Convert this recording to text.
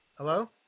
Hello